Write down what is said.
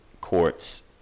courts